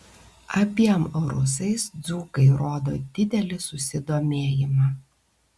abiem rusais dzūkai rodo didelį susidomėjimą